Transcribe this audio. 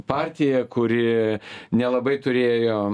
partija kuri nelabai turėjo